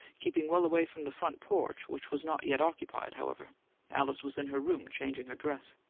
keeping well away from the front porch, which was not yet occupied, however alice was in her room changing her dress.